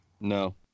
No